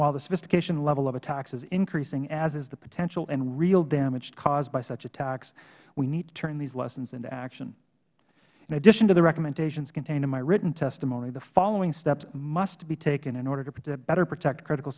while the sophistication level of attacks is increasing as is the potential and real damage caused by such attacks we need to turn these lessons into action in addition to the recommendations contained in my written testimony the following steps must be taken in order to better protect critical